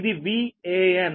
ఇది VAn